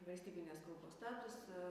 valstybinės kalbos statusą